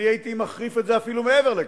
אני הייתי מחריף את זה אפילו מעבר לכך.